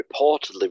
reportedly